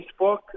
Facebook